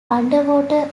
underwater